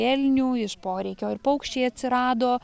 elnių iš poreikio ir paukščiai atsirado